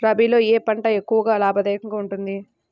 రబీలో ఏ పంట ఎక్కువ లాభదాయకంగా ఉంటుంది?